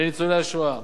לניצולי השואה,